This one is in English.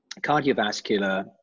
cardiovascular